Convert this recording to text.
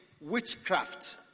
witchcraft